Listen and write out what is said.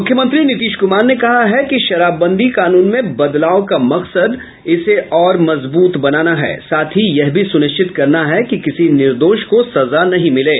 मुख्यमंत्री नीतीश कुमार ने कहा है कि शराबबंदी कानून में बदलाव का मकसद इसे और मजबूत बनाना है साथ ही यह भी सुनिश्चित करना है कि किसी निर्दोष को सजा नहीं मिले